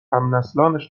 همنسلانش